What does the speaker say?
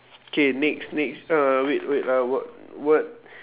K next next uh wait wait ah what what